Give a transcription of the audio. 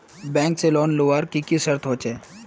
Bank से loan लुबार की की शर्त होचए?